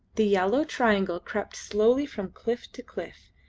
the yellow triangle crept slowly from cliff to cliff,